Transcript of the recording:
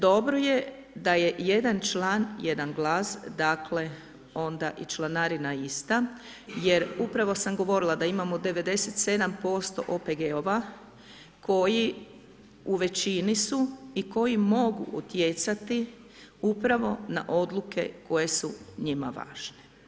Dobro je da je jedan član, jedan glas, dakle, onda i članarina ista, jer upravo sam govorila da imamo 97% OPG-ova, koji u većini su i koji mogu utjecati upravo na odluke koje su njima važne.